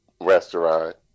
restaurant